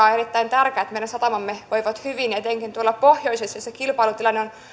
on erittäin tärkeää että meidän satamamme voivat hyvin etenkin tuolla pohjoisessa se kilpailutilanne on